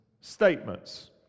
statements